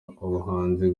ubuhanzi